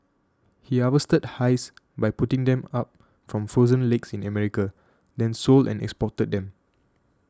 he harvested ice by putting them up from frozen lakes in America then sold and exported them